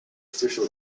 official